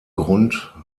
grund